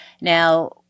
Now